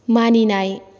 मानिनाय